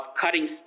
cutting